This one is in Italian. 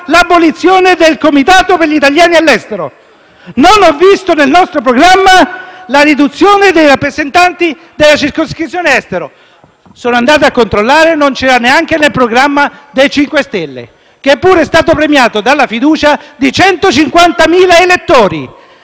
l'abolizione del Comitato per gli italiani all'estero. Non ho visto nel nostro programma la riduzione dei rappresentanti della circoscrizione estero. Sono andato a controllare e non c'era questo punto neanche nel programma dei 5 Stelle, che pure è stato premiato della fiducia di 150.000 elettori.